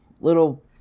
little